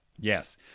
Yes